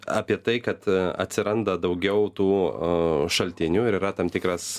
apie tai kad atsiranda daugiau tų šaltinių ir yra tam tikras